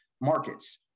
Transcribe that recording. markets